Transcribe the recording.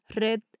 Red